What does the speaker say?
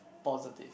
positive